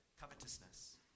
covetousness